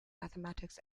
mathematics